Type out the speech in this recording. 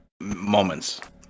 moments